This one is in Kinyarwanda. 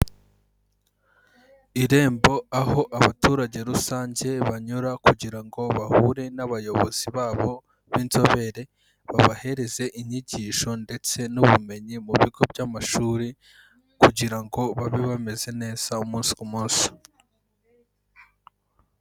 Irembo aho abaturage rusange banyura kugira ngo bahure n'abayobozi babo b'inzobere, babahereze inyigisho ndetse n'ubumenyi mu bigo by'amashuri kugira ngo babe bameze neza umunsi ku munsi.